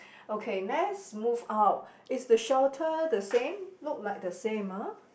okay let's move out is the shelter the same look like the same ah